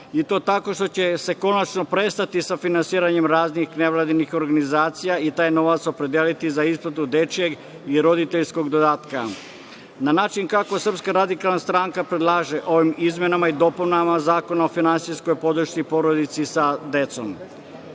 i to tako što će se konačno prestati sa finansiranjem raznih nevladinih organizacija i taj novac opredeliti za isplatu dečijeg i roditeljskog dodatka, a na način kako SRS predlaže ovim izmenama i dopunama Zakona o finansijskoj podršci porodica sa